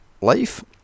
life